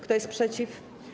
Kto jest przeciw?